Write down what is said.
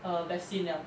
err vaccine liao